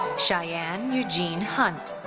cheyenne eugene hunt.